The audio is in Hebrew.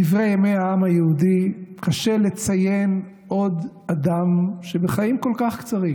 בדברי ימי העם היהודי קשה לציין עוד אדם שבחיים כל כך קצרים